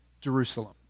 Jerusalem